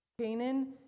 Canaan